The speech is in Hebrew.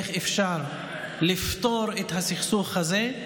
איך אפשר לפתור את הסכסוך הזה,